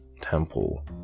temple